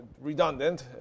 redundant